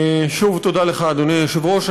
שוב, תודה לך, אדוני היושב-ראש.